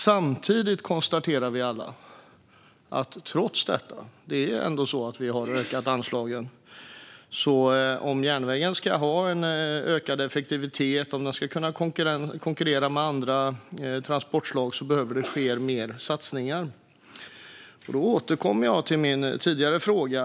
Samtidigt konstaterar vi alla att det trots att anslagen har ökat behöver ske fler satsningar om järnvägen ska ha en ökad effektivitet och kunna konkurrera med andra transportslag. Då återkommer jag till min tidigare fråga.